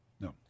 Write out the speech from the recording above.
No